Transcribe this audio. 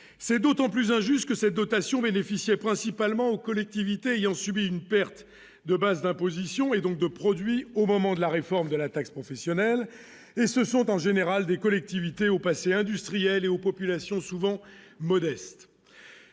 c'est d'autant plus injuste que cette dotation bénéficiaient principalement aux collectivités ayant subi une perte de base d'imposition et donc de produits au moment de la réforme de la taxe professionnelle et ce sont en général des collectivités au passé industriel et aux population souvent modeste